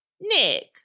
Nick